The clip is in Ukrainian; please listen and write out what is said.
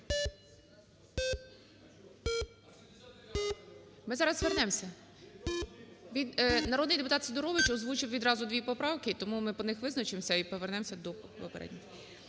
Ми зараз вернемося. Народний депутат Сидорович озвучив відразу дві поправки, тому ми по них визначимося і повернемося до попередніх.